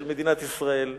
של מדינת ישראל,